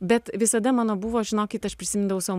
bet visada mano buvo žinokit aš prisimindavau savo